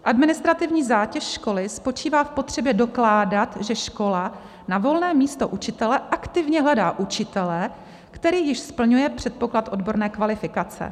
Administrativní zátěž školy spočívá v potřebě dokládat, že škola na volné místo učitele aktivně hledá učitele, který již splňuje předpoklad odborné kvalifikace.